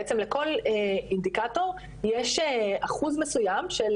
בעצם לכל אינדיקטור יש אחוז מסוים של